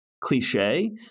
cliche